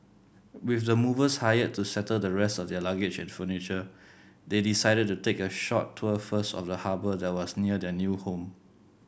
with the movers hired to settle the rest of their luggage and furniture they decided to take a short tour first of the harbour that was near their new home